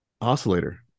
Oscillator